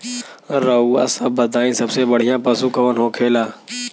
रउआ सभ बताई सबसे बढ़ियां पशु कवन होखेला?